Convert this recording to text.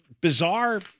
bizarre